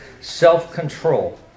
self-control